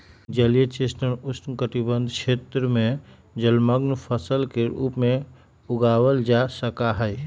जलीय चेस्टनट उष्णकटिबंध क्षेत्र में जलमंग्न फसल के रूप में उगावल जा सका हई